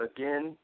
Again